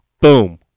Boom